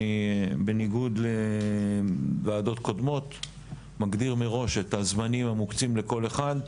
בניגוד לוועדות קודמות אני מגדיר מראש את הזמנים המוקצים לכל אחד.